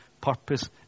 purpose